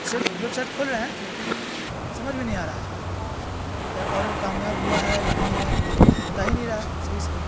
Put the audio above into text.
web site کھول رہے ہیں لیکن سمجھ میں نہیں آ رہا ہے کیا آڈر کامیاب ہوا ہے یا نہیں ہے بتا ہی نہیں رہا ہے صحیح سے